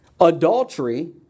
Adultery